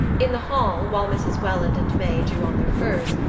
in the hall, while mrs. welland and may drew on their furs,